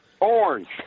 orange